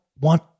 want